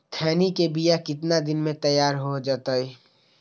खैनी के बिया कितना दिन मे तैयार हो जताइए?